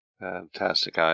Fantastic